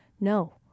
No